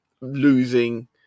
losing